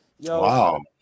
Wow